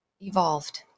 evolved